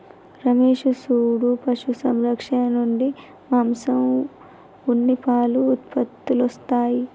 రమేష్ సూడు పశు సంరక్షణ నుంచి మాంసం ఉన్ని పాలు ఉత్పత్తులొస్తాయి